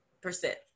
percent